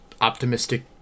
optimistic